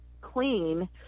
clean